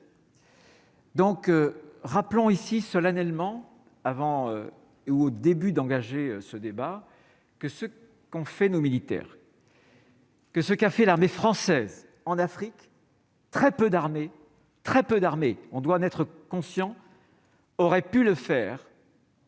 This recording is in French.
Donc, rappelons ici solennellement avant ou au début d'engager ce débat que ce qu'ont fait nos militaires. Que ce qu'a fait l'armée française en Afrique. Très peu d'armée très peu d'armée, on doit en être conscient. Aurait pu le faire.